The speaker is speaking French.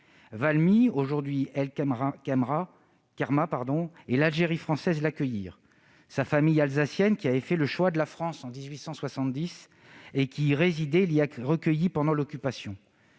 Valmy, aujourd'hui El Kerma, et l'Algérie française l'accueillirent. Sa famille alsacienne, qui avait fait le choix de la France en 1870 et qui y résidait, l'y recueillit pendant l'Occupation.